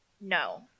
No